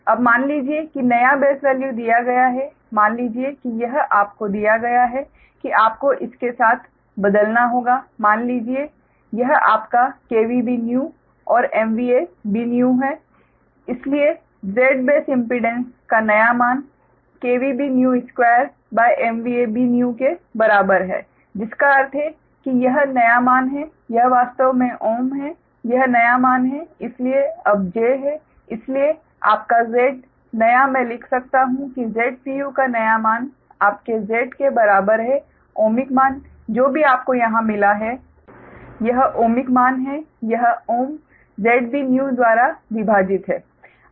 ZBoldBold2MVABold अब मान लीजिए कि नया बेस वैल्यू दिया गया है मान लीजिए कि यह आपको दिया गया है कि आपको इस के साथ बदलना होगा मान लीजिए यह आपका Bnew और Bnew है इसलिए Z बेस इम्पीडेंस का नया मान Bnew2MVABnew के बराबर है जिसका अर्थ है कि यह नया मान है यह वास्तव में ओम है यह नया मान है इसलिए अब j है इसलिए आपका Z नया मैं लिख सकता हूं कि Zpu का नया मान आपके Z के बराबर है ओमिक मान जो भी आपको यहां मिला है यह ओमिक मान है यह ओम ZBnew द्वारा विभाजित है